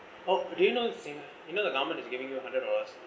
oh do you know sing~ you know the government is giving you a hundred dollars